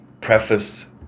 preface